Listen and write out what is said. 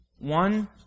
One